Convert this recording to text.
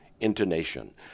intonation